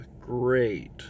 great